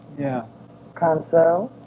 yeah console?